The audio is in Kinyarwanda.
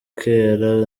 kera